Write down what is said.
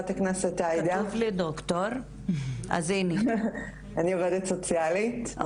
אני עובדת סוציאלית,